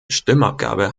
stimmabgabe